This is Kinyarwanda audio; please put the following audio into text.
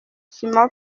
simon